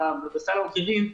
ובסל המחירים.